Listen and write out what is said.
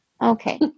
okay